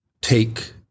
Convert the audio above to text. take